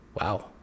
wow